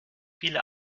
viele